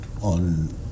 on